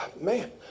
man